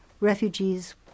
refugees